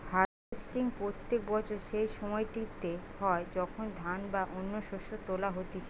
harvesting প্রত্যেক বছর সেই সময়টিতে হয় যখন ধান বা অন্য শস্য তোলা হতিছে